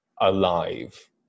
alive